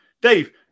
Dave